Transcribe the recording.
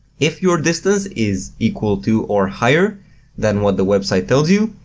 if your distance is equal to or higher than what the website tells you,